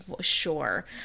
Sure